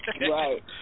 Right